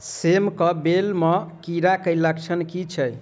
सेम कऽ बेल म कीड़ा केँ लक्षण की छै?